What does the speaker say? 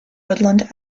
woodland